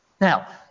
Now